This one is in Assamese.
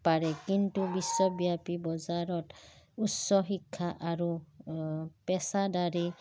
পাৰে কিন্তু বিশ্বব্যাপী বজাৰত উচ্চ শিক্ষা আৰু পেছাদাৰী